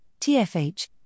TFH